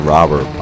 Robber